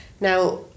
Now